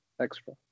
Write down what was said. extra